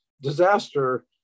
disaster